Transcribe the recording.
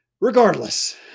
Regardless